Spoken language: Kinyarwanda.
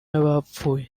y’abapfuye